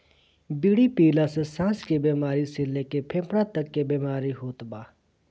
बीड़ी पियला से साँस के बेमारी से लेके फेफड़ा तक के बीमारी होत बा